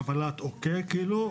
קבלת אוקיי כאילו.